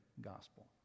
gospel